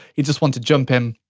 you just want to jump in,